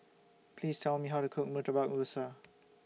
Please Tell Me How to Cook Murtabak Rusa